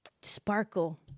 Sparkle